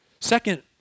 Second